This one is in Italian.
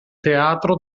teatro